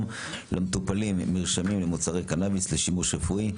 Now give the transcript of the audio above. למטופלים מרשמים למוצרי קנביס לשימוש רפואי,